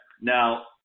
Now